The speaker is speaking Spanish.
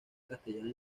castellana